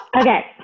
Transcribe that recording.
Okay